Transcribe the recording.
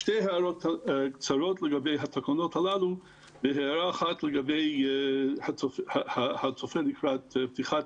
שתי הערות קצרות לגבי התקנות הללו והערה אחת לגבי התוכן לקראת פתיחת